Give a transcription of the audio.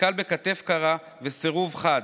נתקל בכתף קרה וסירוב חד: